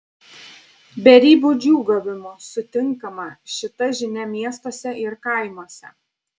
beribiu džiūgavimu sutinkama šita žinia miestuose ir kaimuose